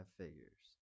figures